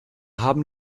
haben